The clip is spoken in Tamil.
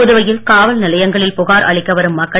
புதுவையில் காவல் நிலையங்களில் புகார் அளிக்க வரும் மக்கள்